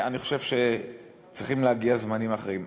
אני חושב שצריכים להגיע זמנים אחרים.